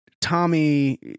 Tommy